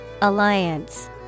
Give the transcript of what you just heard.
Alliance